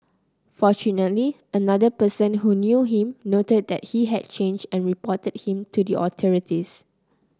fortunately another person who knew him noted that he had changed and reported him to the authorities